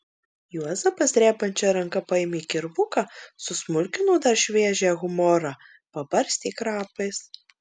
juozapas drebančia ranka paėmė kirvuką susmulkino dar šviežią humorą pabarstė krapais